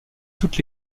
toutes